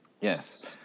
Yes